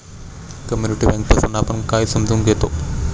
Community bank पासुन आपण काय समजून घेतो?